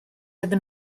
iddyn